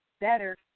better